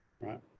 right